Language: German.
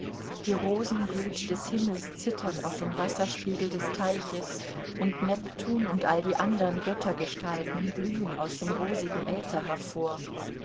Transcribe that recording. die rosenglut des himmels zittert auf dem wasserspiegel des teiches und neptun und all die andern göttergestalten blühen aus dem rosigen äther hervor